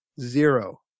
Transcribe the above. Zero